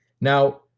Now